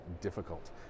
difficult